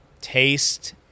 taste